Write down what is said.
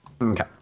Okay